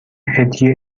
هدیه